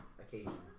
occasion